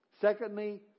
Secondly